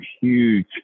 huge